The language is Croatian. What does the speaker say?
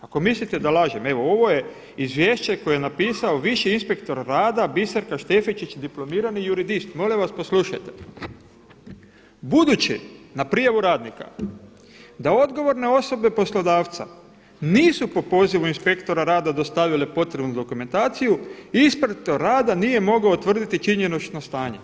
Ako mislite da lažem, evo ovo je izvješće koji je napisao viši inspektor rada Biserka Štefičić dipl. iur. Molim vas poslušajte, „budući na prijavu radnika da odgovorne osobe poslodavca nisu po pozivu inspektora rada dostavile potrebnu dokumentaciju i inspektor rada nije mogao utvrditi činjenično stanje.